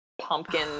pumpkin